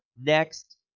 next